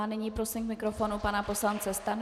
Nyní prosím k mikrofonu pana poslance Stanjuru.